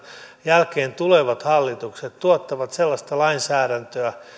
jälkeen tulevat hallitukset tuottaa sellaista lainsäädäntöä